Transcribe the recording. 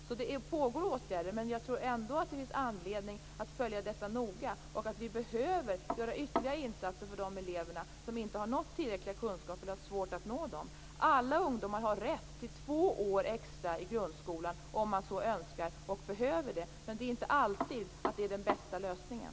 Så det pågår åtgärder, men jag tror ändå att det finns anledning att följa detta noga och att vi behöver göra ytterligare insatser för de elever som inte har nått tillräckliga kunskaper och har svårt att nå dem. Alla ungdomar har rätt till två år extra i grundskolan, om de så önskar och behöver. Men det är inte alltid den bästa lösningen.